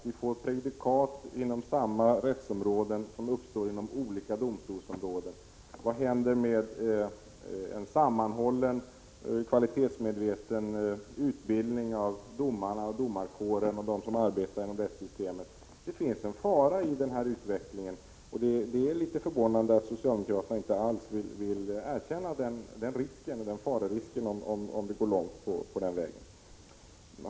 Vi får ju predikat inom samma rättsområde som uppstår inom olika domstolsområden. Och vad händer med en sammanhållen kvalitetsmedveten utbildning av domarna, domarkåren och dem som arbetar inom rättssystemet? Det finns en fara i den här utvecklingen, och det är litet förvånande att socialdemokraterna inte alls vill erkänna risken av att gå för långt på den här vägen.